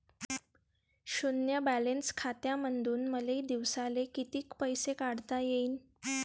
शुन्य बॅलन्स खात्यामंधून मले दिवसाले कितीक पैसे काढता येईन?